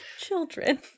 Children